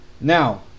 now